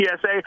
PSA